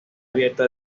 abierto